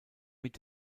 mit